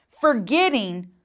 forgetting